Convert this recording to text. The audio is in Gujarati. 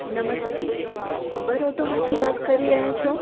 નમસ્તે ઉબર ઓટોમાંથી વાત કરી રહ્યા છો